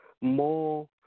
more